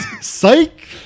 Psych